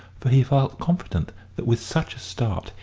for he felt confident that, with such a start,